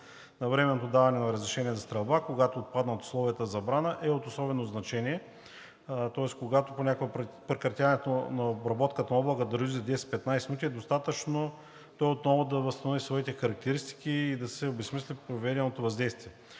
Навременното даване на разрешение за стрелба, когато отпаднат условията за забрана, е от особено значение, тъй като понякога прекратяването на обработката на облака, дори и за 10 – 15 минути е достатъчно той отново да възстанови своите характеристики и да се обезсмисли проведеното въздействие.